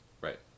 right